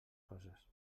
coses